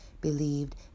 believed